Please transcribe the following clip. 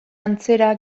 antzera